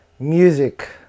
Music